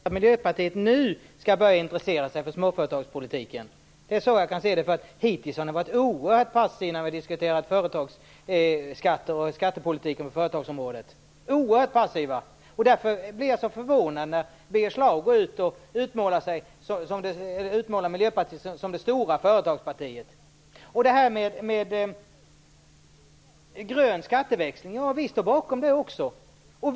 Fru talman! Jag kan alltså tolka det som att Miljöpartiet nu skall börja intressera sig för småföretagspolitiken? Det är så jag kan se det. Hittills har ni varit oerhört passiva när vi har diskuterat företagsskatter och skattepolitik på företagsområdet. Ni har varit oerhört passiva. Därför blir jag så förvånad när Birger Schlaug går ut och utmålar Miljöpartiet som det stora företagspartiet. Det här med grön skatteväxling står vi också bakom.